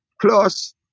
plus